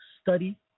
study